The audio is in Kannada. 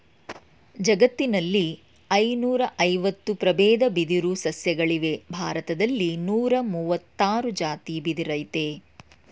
ಜಗತ್ತಿನಲ್ಲಿ ಐನೂರಐವತ್ತು ಪ್ರಬೇದ ಬಿದಿರು ಸಸ್ಯಗಳಿವೆ ಭಾರತ್ದಲ್ಲಿ ನೂರಮುವತ್ತಾರ್ ಜಾತಿ ಬಿದಿರಯ್ತೆ